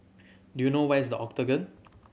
do you know where is The Octagon